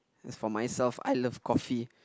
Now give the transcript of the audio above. as for myself I love coffee